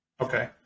Okay